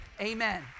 Amen